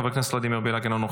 חבר הכנסת אושר שקלים,